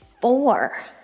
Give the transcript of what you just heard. four